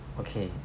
okay